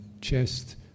chest